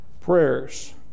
prayers